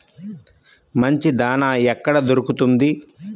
మంచి దాణా ఎక్కడ దొరుకుతుంది?